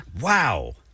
Wow